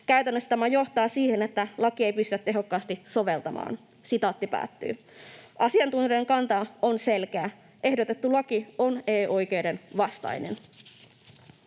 Käytännössä tämä johtaa siihen, että lakia ei pystytä tehokkaasti soveltamaan.” Asiantuntijoiden kanta on selkeä: ehdotettu laki on EU-oikeuden vastainen.